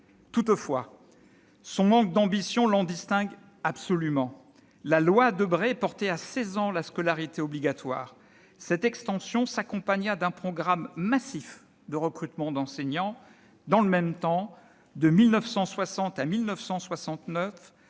Toutefois, son manque d'ambition l'en distingue absolument. La loi Debré portait à 16 ans la scolarité obligatoire. Cette extension s'accompagna d'un programme massif de recrutement d'enseignants. Dans le même temps, de 1960 à 1969,